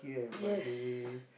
yes